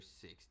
six